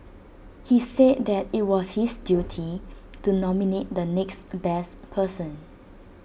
he said that IT was his duty to nominate the next best person